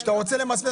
לא אוותר על זה,